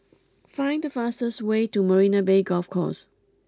find the fastest way to Marina Bay Golf Course